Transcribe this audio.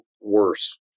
worse